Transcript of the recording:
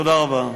תודה רבה.